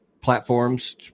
platforms